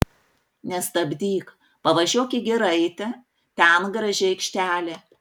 nestabdyk pavažiuok į giraitę ten graži aikštelė